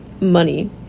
money